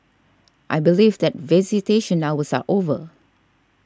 I believe that visitation hours are over